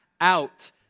out